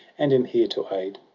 and am here to aid.